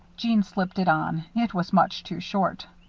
jeanne slipped it on. it was much too short.